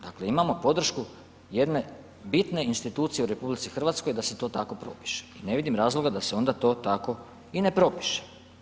Dakle, imamo podršku jedne bitne institucije u RH da se to tako propiše i ne vidim razloga da se onda to tako i ne propiše.